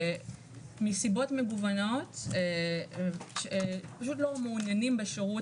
שמסיבות מגוונות פשוט לא מעוניינים בשירות